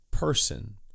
person